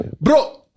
bro